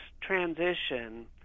transition